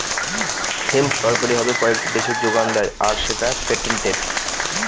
hemp সরকারি ভাবে কয়েকটি দেশে যোগান দেয় আর সেটা পেটেন্টেড